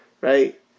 right